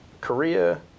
Korea